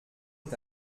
est